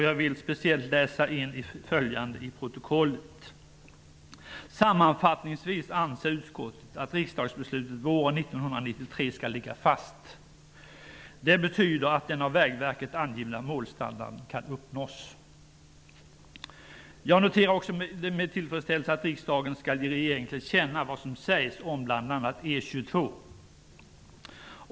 Jag vill speciellt läsa in följande i protokollet: ''Sammanfattningsvis anser utskottet att riksdagsbeslutet våren 1993 skall ligga fast. Det betyder att den av Vägverket angivna målstandarden kan uppnås''. Jag noterar också med tillfredsställelse att riksdagen skall ge regeringen till känna vad som sägs om bl.a. E 22.